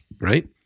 right